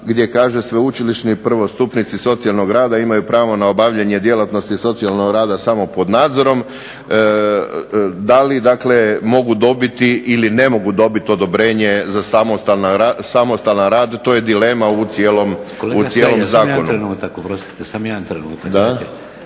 gdje kaže sveučilišni prvostupnici socijalnog rada imaju pravo na obavljanje djelatnosti socijalnog rada samo pod nadzorom, da li dakle mogu dobiti ili ne mogu dobiti odobrenje za samostalan rad to je dilema u cijelom zakonu. **Šeks, Vladimir (HDZ)** Kolega samo jedan trenutak.